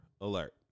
alert